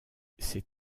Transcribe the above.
ces